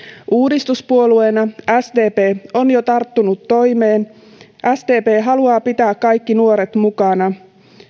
uudistuspuolueena sdp on jo tarttunut toimeen sdp haluaa pitää kaikki nuoret mukana